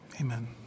Amen